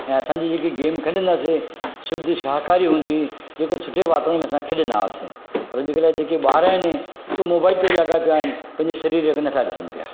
ऐं असांजी जेके गेम खेॾंदा हुआसे शुद्ध शाकाहारी गेम हूंदी जेको सुठे वातावरण में असां खेॾंदा हुआसे पर जे अॼुकल्ह जेके ॿार आहिनि हू मोबाइल ते लॻा पिया आहिनि पंहिंजा शरीर नथा ॾिसनि पिया